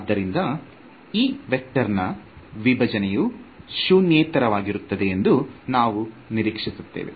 ಆದ್ದರಿಂದ ಈ ವೆಕ್ಟರ್ನ ವಿಭಜನೆಯು ಶೂನ್ಯೇತರವಾಗಿರುತ್ತದೆ ಎಂದು ನಾವು ನಿರೀಕ್ಷಿಸುತ್ತೇವೆ